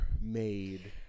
made